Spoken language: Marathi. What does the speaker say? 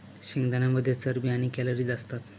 शेंगदाण्यांमध्ये चरबी आणि कॅलरीज असतात